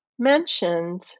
mentioned